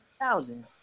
thousand